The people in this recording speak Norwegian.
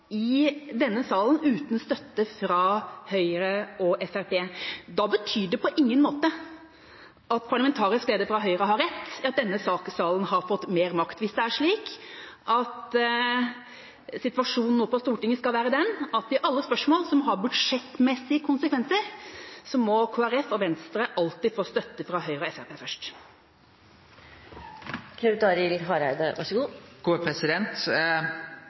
i denne salen uten støtte fra Høyre og Fremskrittspartiet? Da betyr det at parlamentarisk leder fra Høyre på ingen måte har rett i at denne salen har fått mer makt – hvis det er slik at situasjonen på Stortinget nå skal være den at i alle spørsmål som har budsjettmessige konsekvenser, må Kristelig Folkeparti og Venstre alltid få støtte fra Høyre og Fremskrittspartiet først.